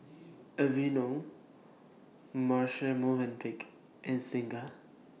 Aveeno Marche Movenpick and Singha